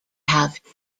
have